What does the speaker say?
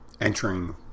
entering